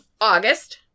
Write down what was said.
August